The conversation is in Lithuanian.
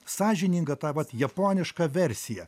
sąžiningą tą vat japonišką versiją